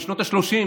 בשנות השלושים,